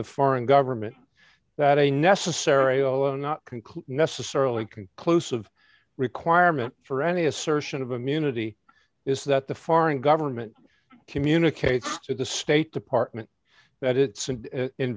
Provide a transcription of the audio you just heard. the foreign government that a necessary alone not conclude necessarily conclusive requirement for any assertion of immunity is that the foreign government communicate to the state department that i